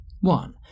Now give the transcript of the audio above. One